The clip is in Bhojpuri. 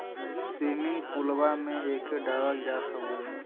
स्विमिंग पुलवा में एके डालल जात हउवे